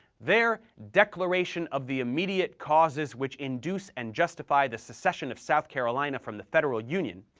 their declaration of the immediate causes which induce and justify the secession of south carolina from the federal union,